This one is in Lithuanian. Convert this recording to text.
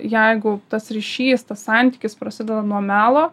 jeigu tas ryšys tas santykis prasideda nuo melo